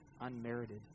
unmerited